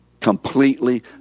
completely